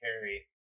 carry